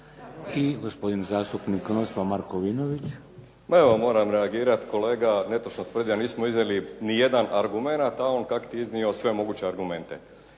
**Markovinović, Krunoslav (HDZ)** Pa evo, moram reagirati kolega netočno tvrdi, a nismo vidjeli nijedan argument, a on kakti iznio sve moguće argumente.